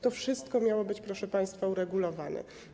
To wszystko miało być, proszę państwa, uregulowane.